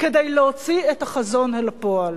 כדי להוציא את החזון אל הפועל,